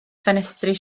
ffenestri